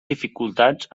dificultats